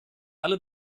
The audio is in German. alle